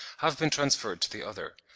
have been transferred to the other.